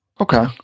Okay